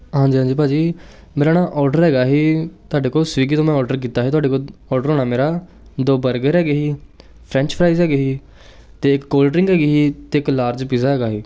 ਹਾਂਜੀ ਹਾਂਜੀ ਭਾਅ ਜੀ ਮੇਰਾ ਨਾ ਔਡਰ ਹੈਗਾ ਸੀ ਤੁਹਾਡੇ ਕੋਲ ਸਵੀਗੀ ਤੋਂ ਮੈਂ ਔਡਰ ਕੀਤਾ ਸੀ ਤੁਹਾਡੇ ਕੋਲ ਔਡਰ ਹੋਣਾ ਮੇਰਾ ਦੋ ਬਰਗਰ ਹੈਗੇ ਸੀ ਫਰੈਂਚ ਫਰਾਈਜ਼ ਹੈਗੇ ਸੀ ਅਤੇ ਇੱਕ ਕੋਲਡਰਿੰਕ ਹੈਗੀ ਸੀ ਅਤੇ ਇੱਕ ਲਾਰਜ ਪੀਜ਼ਾ ਹੈਗਾ ਸੀ